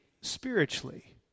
spiritually